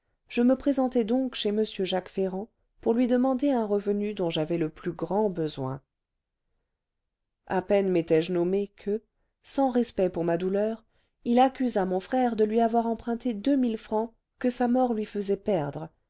je me présentai donc chez m jacques ferrand pour lui demander un revenu dont j'avais le plus grand besoin à peine m'étais-je nommée que sans respect pour ma douleur il accusa mon frère de lui avoir emprunté deux mille francs que sa mort lui faisait perdre